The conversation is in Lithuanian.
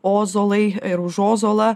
ozolai ir už ozolą